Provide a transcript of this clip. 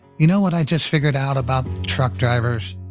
you know what i just figured out about truck drivers?